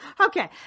Okay